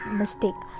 mistake